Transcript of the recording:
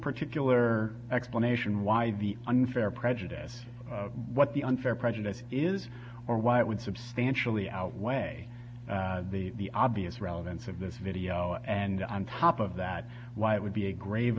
particular explanation why the unfair prejudice what the unfair prejudice is or why it would substantially outweigh the obvious relevance of the video and on top of that why it would be a grave